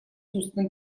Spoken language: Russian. устным